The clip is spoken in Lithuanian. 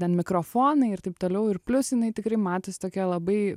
ten mikrofonai ir taip toliau ir plius jinai tikrai matosi tokia labai